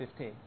15